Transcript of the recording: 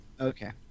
Okay